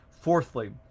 Fourthly